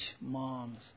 moms